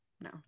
No